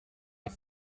est